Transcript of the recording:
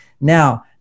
Now